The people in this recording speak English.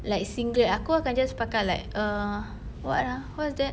like singlet aku akan just pakai err what ah what's that